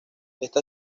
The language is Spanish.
esta